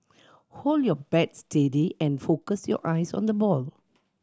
hold your bat steady and focus your eyes on the ball